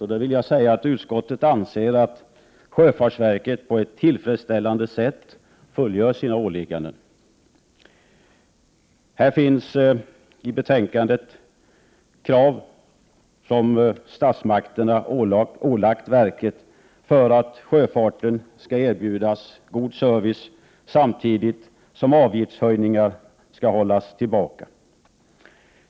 Då vill jag säga att utskottet anser att verket på ett tillfredsställande sätt fullgör sina åligganden. Av betänkandet framgår att statsmakterna har ålagt sjöfartsverket att erbjuda sjöfarten god service, samtidigt som avgiftshöjningar skall hållas tillbaka.